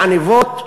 בעניבות.